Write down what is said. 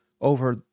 over